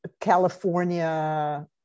California